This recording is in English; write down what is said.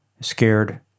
scared